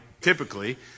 typically